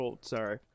Sorry